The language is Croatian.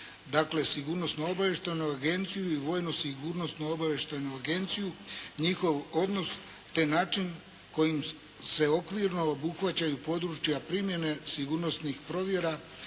dakle, sigurnosno obavještajnu agenciju i vojno sigurnosno obavještajnu agenciju, njihov odnos, te način kojim se okvirno obuhvaćaju područja primjene sigurnosnih provjera